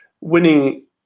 Winning